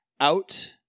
out